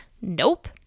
Nope